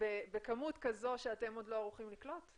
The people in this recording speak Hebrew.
בכמות כזו שאתם לא ערוכים לקלוט?